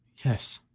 yes.